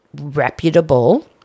reputable